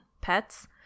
pets